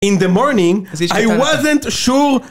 In the morning, I wasn't sure